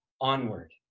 onward